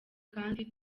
kandi